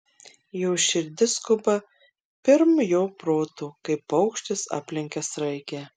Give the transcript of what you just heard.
jo širdis skuba pirm jo proto kaip paukštis aplenkia sraigę